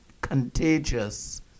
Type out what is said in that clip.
contagious